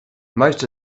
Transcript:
most